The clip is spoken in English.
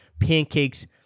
pancakes